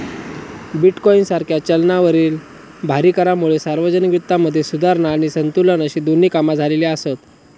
bitcoin सारख्या चलनावरील भारी करांमुळे सार्वजनिक वित्तामध्ये सुधारणा आणि संतुलन अशी दोन्ही कामा झालेली आसत